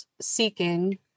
seeking